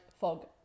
Fog